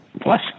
Plus